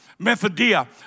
Methodia